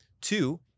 Two